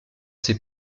ses